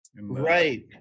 Right